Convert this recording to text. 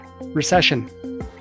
recession